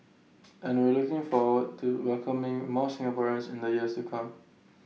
and we're looking forward to welcoming more Singaporeans in the years to come